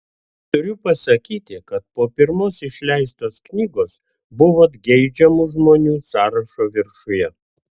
turiu pasakyti kad po pirmos išleistos knygos buvot geidžiamų žmonių sąrašo viršuje